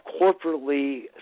corporately